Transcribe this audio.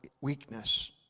weakness